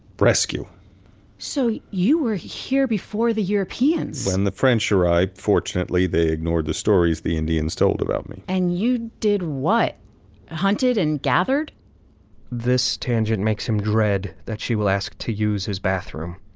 rescue so you were here before the europeans and the french arrived fortunately, they ignored the stories the indians told about me and you did what hunted and gathered this tangent makes him dread that she will ask to use his bathroom.